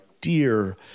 dear